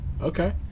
okay